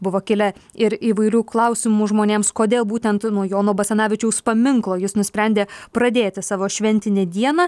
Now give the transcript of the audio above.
buvo kilę ir įvairių klausimų žmonėms kodėl būtent nuo jono basanavičiaus paminklo jis nusprendė pradėti savo šventinę dieną